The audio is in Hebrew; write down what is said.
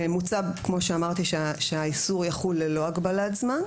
מוצע, כמו שאמרתי, שהאיסור יחול ללא הגבלת זמן.